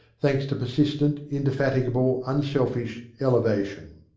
thanks to persistent, indefatigable, unselfish elevation.